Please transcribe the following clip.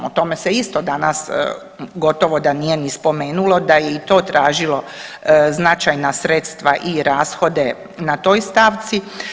O tome se isto danas gotovo da nije spomenulo da je i to tražilo značajna sredstva i rashode na toj stavci.